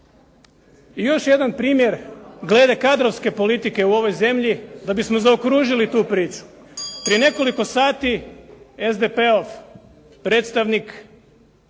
I još jedan primjer glede kadrovske politike u ovoj zemlji da bismo zaokružili tu priču. Prije nekoliko sati SDP-ov predstavnik,